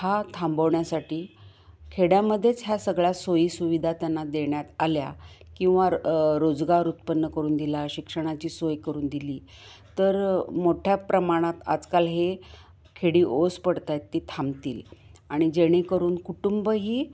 हा थांबवण्यासाठी खेड्यामध्येच ह्या सगळ्या सोयीसुविधा त्यांना देण्यात आल्या किंवा रोजगार उत्पन्न करून दिला शिक्षणाची सोय करून दिली तर मोठ्या प्रमाणात आजकाल हे खेडी ओस पडत आहेत ती थांबतील आणि जेणेकरून कुटुंबही